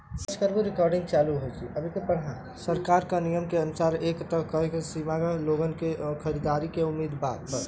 सरकार क नियम क अनुसार एक तय सीमा तक लोगन क आमदनी होइ त आय कर देवे के होइ